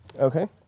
okay